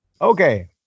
Okay